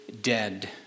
dead